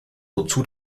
wozu